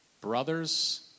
brother's